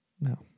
No